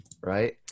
right